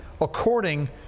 according